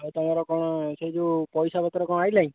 ଆଉ ତମର କ'ଣ ସେଇ ଯେଉଁ ପଇସା ପତ୍ର କ'ଣ ଆଇଲା କି